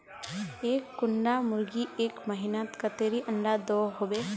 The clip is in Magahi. एक कुंडा मुर्गी एक महीनात कतेरी अंडा दो होबे?